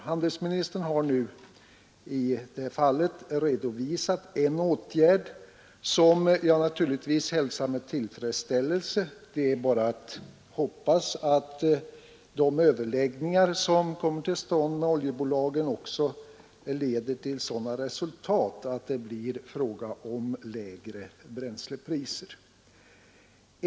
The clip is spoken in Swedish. Handelsministern har nu redovisat en åtgärd som jag naturligtvis hälsar med tillfredsställelse. Det är bara att hoppas att de överläggningar som kommer till stånd med oljebolagen också leder till sådana resultat att det blir fråga om lägre bränslepriser.